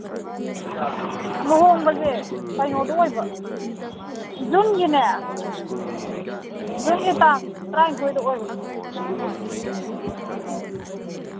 ꯂꯨꯍꯣꯡꯕꯁꯦ ꯀꯩꯅꯣꯗ ꯑꯣꯏꯕ ꯖꯨꯟꯒꯤꯅꯦ ꯖꯨꯟꯒꯤ ꯇꯥꯡ ꯇ꯭ꯔꯥꯏꯟꯊꯣꯏꯗ ꯑꯣꯏꯕ